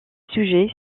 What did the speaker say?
sujets